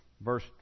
Verse